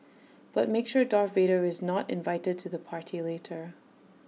but make sure Darth Vader is not invited to the party later